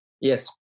Yes